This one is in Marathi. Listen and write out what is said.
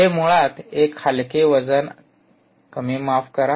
हे मुळात एक हलके वजन कमी माफ करा